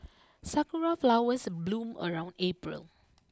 sakura flowers bloom around April